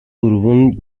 grubun